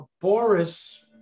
Boris